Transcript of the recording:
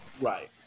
Right